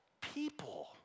people